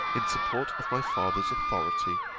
in support of my father's authority,